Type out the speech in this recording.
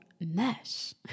mesh